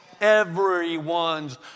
Everyone's